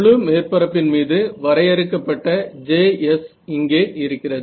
முழு மேற்பரப்பின் மீது வரையறுக்கப்பட்ட Js இங்கே இருக்கிறது